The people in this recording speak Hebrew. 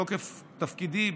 בתוקף תפקידי,